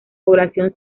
población